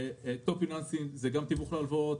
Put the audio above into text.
טופ פיננסים זה גם תיווכי הלוואות.